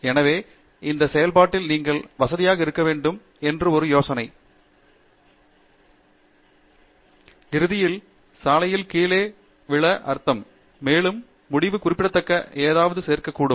எனவே அந்த செயல்பாட்டில் நீங்கள் வசதியாக இருக்க வேண்டும் என்று ஒரு யோசனை இறுதியில் சாலையில் கீழே அர்த்தம்மேலும் முடிவு குறிப்பிடத்தக்க ஏதாவது சேர்க்க கூடும்